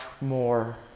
more